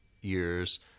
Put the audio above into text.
years